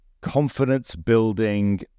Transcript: confidence-building